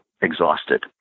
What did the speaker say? exhausted